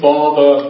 Father